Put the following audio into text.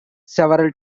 several